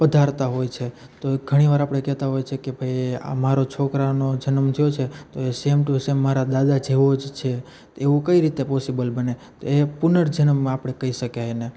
પધારતા હોય છે તો એ ઘણીવાર આપણે કહેતા હોય છે કે ભઇ આ મારો છોકરાનો જનમ થયો છે તો એ સેમ ટુ સેમ મારા દાદા જેવો જ છે તો એવું કઈ રીતે પોસિબલ બને તો એ પુનર્જન્મમાં આપણે કહી શકાય એને